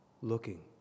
looking